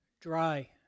dry